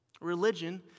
Religion